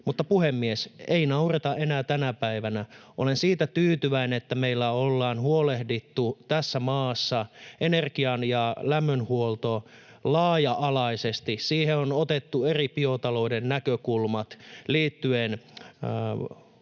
mutta, puhemies, ei naureta enää tänä päivänä. Olen siitä tyytyväinen, että meillä on huolehdittu tässä maassa energian- ja lämmönhuollosta laaja-alaisesti. Siihen on otettu eri biotalouden näkökulmat liittyen